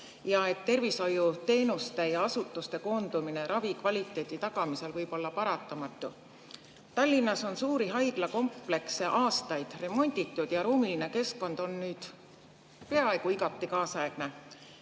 et tervishoiuteenuste ja ‑asutuste koondumine ravikvaliteedi tagamisel võib olla paratamatu. Tallinnas on suuri haiglakomplekse aastaid remonditud ja ruumiline keskkond on nüüd peaaegu igati kaasaegne.